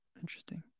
Interesting